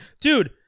dude